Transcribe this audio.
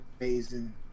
amazing